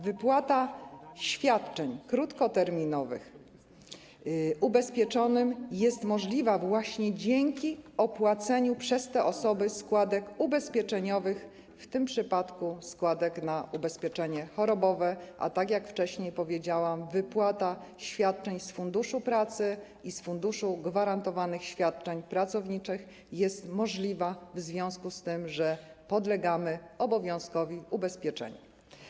Wypłata świadczeń krótkoterminowych ubezpieczonym jest możliwa właśnie dzięki opłaceniu przez te osoby składek ubezpieczeniowych, w tym przypadku składek na ubezpieczenie chorobowe, a tak jak wcześniej powiedziałam, wypłata świadczeń z Funduszu Pracy i z Funduszu Gwarantowanych Świadczeń Pracowniczych jest możliwa w związku z tym, że podlegamy obowiązkowi ubezpieczenia.